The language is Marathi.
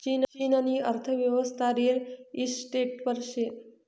चीननी अर्थयेवस्था रिअल इशटेटवर शे